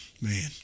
Man